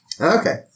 Okay